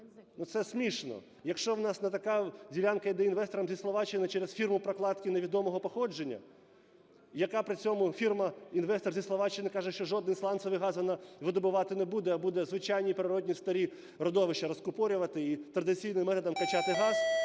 це смішно. Якщо у нас така ділянка йде інвесторам зі Словаччини через фірму-прокладку невідомого походження, яка при цьому, фірма-інвестор зі Словаччини, каже, що жодний сланцевий газ вона видобувати не буде, а буде звичайні природні старі родовища розкупорювати і традиційним методом качати газ.